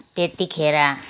त्यतिखेर